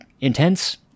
intense